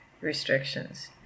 restrictions